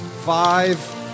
five